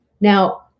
Now